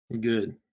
Good